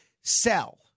sell